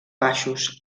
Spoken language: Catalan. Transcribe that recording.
baixos